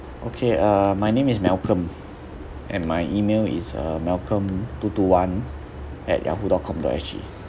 okay uh my name is malcolm and my email is uh malcolm two two one at yahoo dot com dot S_G